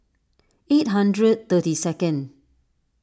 eight hundred thirty second